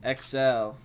XL